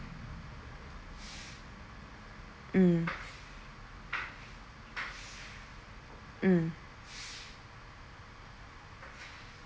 mm mm